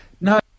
no